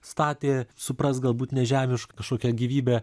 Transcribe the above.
statė suprask galbūt nežemiška kažkokia gyvybė